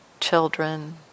children